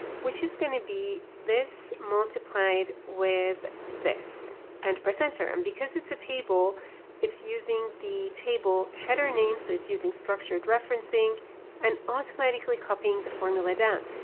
which is going to be this multiplied with this and press enter. and because it's a table it's using using the table header name, so it's using structured referencing and automatically copying the formula down.